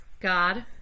God